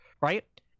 right